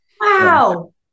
Wow